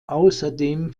außerdem